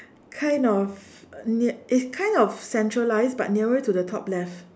kind of near it's kind of centralised but nearer to the top left